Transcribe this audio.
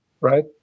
Right